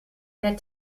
der